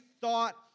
thought